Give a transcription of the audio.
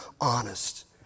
honest